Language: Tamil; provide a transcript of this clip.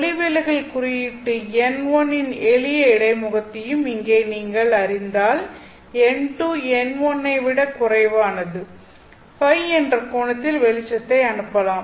ஒளிவிலகல் குறியீட்டு n1 இன் எளிய இடைமுகத்தையும் இங்கே நீங்கள் அறிந்தால் n2 n1 ஐ விடக் குறைவானது Ø என்ற கோணத்தில் வெளிச்சத்தை அனுப்பலாம்